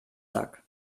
sack